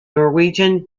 norwegian